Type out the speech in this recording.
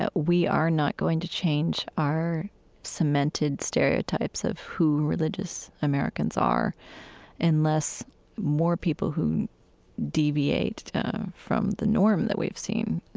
ah we are not going to change our cemented stereotypes of who religious americans are unless more people who deviate from the norm that we've seen,